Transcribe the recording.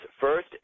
first